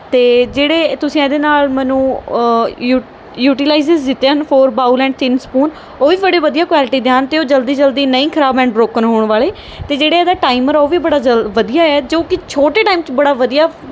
ਅਤੇ ਜਿਹੜੇ ਤੁਸੀਂ ਇਹਦੇ ਨਾਲ ਮੈਨੂੰ ਯੂ ਯੂਟੀਲਾਈਜ਼ਿਜ਼ ਦਿੱਤੇ ਹਨ ਫੋਰ ਬਾਊਲ ਐਂਡ ਤਿੰਨ ਸਪੂਨ ਉਹ ਵੀ ਬੜੇ ਵਧੀਆ ਕੁਆਲਿਟੀ ਦੇ ਹਨ ਅਤੇ ਉਹ ਜਲਦੀ ਜਲਦੀ ਨਹੀਂ ਖਰਾਬ ਐਂਡ ਬ੍ਰੋਕਨ ਹੋਣ ਵਾਲੇ ਅਤੇ ਜਿਹੜੇ ਇਹਦਾ ਟਾਈਮਰ ਉਹ ਵੀ ਬੜਾ ਜਲ ਵਧੀਆ ਹੈ ਜੋ ਕਿ ਛੋਟੇ ਟਾਈਮ 'ਚ ਬੜਾ ਵਧੀਆ